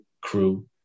crew